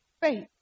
faith